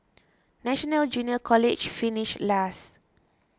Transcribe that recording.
National Junior College finished last